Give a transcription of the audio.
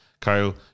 Kyle